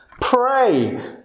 Pray